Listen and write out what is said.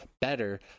better